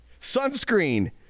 Sunscreen